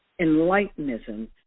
Enlightenism